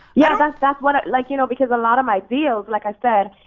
yeah that's that's what, like you know, because a lot of my feels like i said,